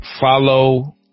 follow